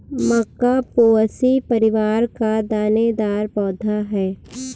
मक्का Poaceae परिवार का दानेदार पौधा है